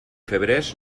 febrers